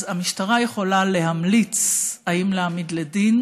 אז המשטרה יכולה להמליץ אם להעמיד לדין